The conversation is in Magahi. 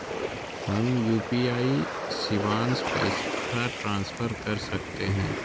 हम यू.पी.आई शिवांश पैसा ट्रांसफर कर सकते हैं?